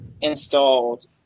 installed